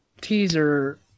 teaser